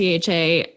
CHA